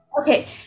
Okay